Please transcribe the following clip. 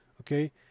Okay